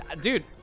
Dude